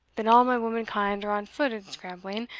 then all my womankind are on foot and scrambling,